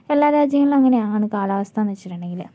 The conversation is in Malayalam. എല്ലാ രാജ്യങ്ങളിലും അങ്ങനെ ആണ് കാലാവസ്ഥയെന്ന് വച്ചിട്ടുണ്ടെങ്കിൽ